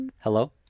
Hello